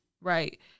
right